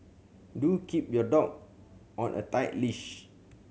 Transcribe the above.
do keep your dog on a tight leash